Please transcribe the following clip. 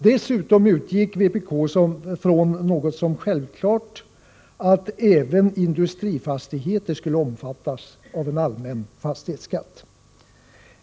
Dessutom utgick vpk från att det var självklart att även industrifastigheter skulle omfattas av en allmän fastighetsskatt.